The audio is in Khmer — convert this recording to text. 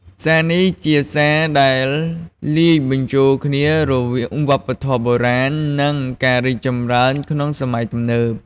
ផ្សារនេះជាផ្សារដែលលាយបញ្ចូលគ្នារវាងវប្បធម៌បុរាណ និងការរីកចម្រើនក្នុងសម័យទំនើប។